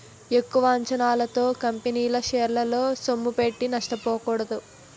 ఎక్కువ అంచనాలతో కంపెనీల షేరల్లో సొమ్ముపెట్టి నష్టపోకూడదు